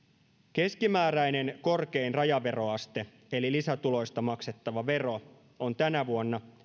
keskimääräinen korkein rajaveroaste eli lisätuloista maksettava vero on tänä vuonna